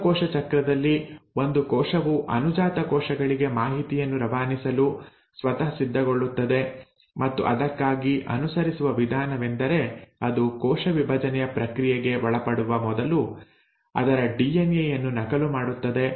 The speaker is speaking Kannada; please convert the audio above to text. ಜೀವಕೋಶ ಚಕ್ರದಲ್ಲಿ ಒಂದು ಕೋಶವು ಅನುಜಾತ ಕೋಶಗಳಿಗೆ ಮಾಹಿತಿಯನ್ನು ರವಾನಿಸಲು ಸ್ವತಃ ಸಿದ್ಧಗೊಳ್ಳುತ್ತದೆ ಮತ್ತು ಅದಕ್ಕಾಗಿ ಅನುಸರಿಸುವ ವಿಧಾನವೆಂದರೆ ಅದು ಕೋಶ ವಿಭಜನೆಯ ಪ್ರಕ್ರಿಯೆಗೆ ಒಳಪಡುವ ಮೊದಲು ಅದರ ಡಿಎನ್ಎ ಯನ್ನು ನಕಲು ಮಾಡುತ್ತದೆ